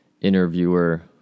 interviewer